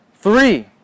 Three